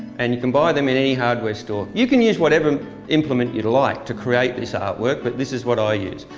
and you can buy them at any hardware store. you can use whatever implement you like to create this art work, but this is what i use.